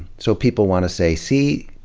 so people want to say, see,